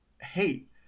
hate